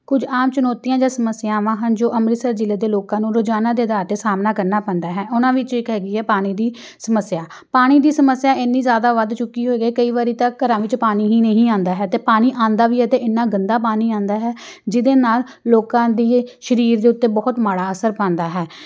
ਕੁਝ ਆਮ ਚੁਣੌਤੀਆਂ ਜਾਂ ਸਮੱਸਿਆਵਾਂ ਹਨ ਜੋ ਅੰਮ੍ਰਿਤਸਰ ਜ਼ਿਲ੍ਹੇ ਦੇ ਲੋਕਾਂ ਨੂੰ ਰੋਜ਼ਾਨਾ ਦੇ ਆਧਾਰ 'ਤੇ ਸਾਹਮਣਾ ਕਰਨਾ ਪੈਂਦਾ ਹੈ ਉਹਨਾਂ ਵਿੱਚ ਇੱਕ ਹੈਗੀ ਹੈ ਪਾਣੀ ਦੀ ਸਮੱਸਿਆ ਪਾਣੀ ਦੀ ਸਮੱਸਿਆ ਇੰਨੀ ਜ਼ਿਆਦਾ ਵੱਧ ਚੁੱਕੀ ਹੋਈ ਹੈ ਕਈ ਵਾਰੀ ਤਾਂ ਘਰਾਂ ਵਿੱਚ ਪਾਣੀ ਹੀ ਨਹੀਂ ਆਉਂਦਾ ਹੈ ਅਤੇ ਪਾਣੀ ਆਉਂਦਾ ਵੀ ਹੈ ਤਾਂ ਇੰਨਾ ਗੰਦਾ ਪਾਣੀ ਆਉਂਦਾ ਹੈ ਜਿਹਦੇ ਨਾਲ ਲੋਕਾਂ ਦੀ ਸਰੀਰ ਦੇ ਉੱਤੇ ਬਹੁਤ ਮਾੜਾ ਅਸਰ ਪੈਂਦਾ ਹੈ